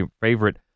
favorite